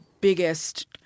biggest